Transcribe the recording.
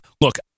look